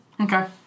Okay